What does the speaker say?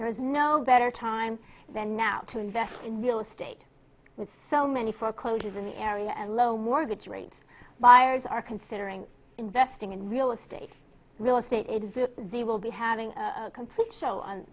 there is no better time than now to invest in real estate with so many foreclosures in the area and low mortgage rates buyers are considering investing in real estate real estate is it the will be having a complete show on